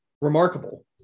remarkable